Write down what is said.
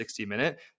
60-minute